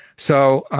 so